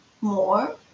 more